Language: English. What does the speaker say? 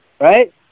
Right